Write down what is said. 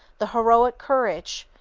the heroic courage,